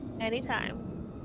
Anytime